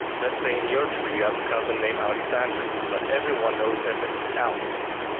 let's say in your tree have a cousin named alexander, but everyone knows him as alex.